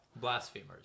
Blasphemers